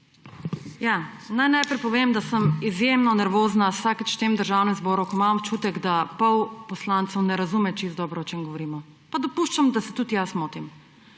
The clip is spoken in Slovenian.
Naj najprej povem, da sem izjemno nervozna vsakič v tem državnem zboru, ko imam občutek, da pol poslancev ne razume čisto dobro, o čem govorimo, pa dopuščam, da se tudi jaz motim.